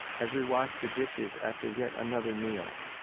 as we wash the dishes after yet another meal,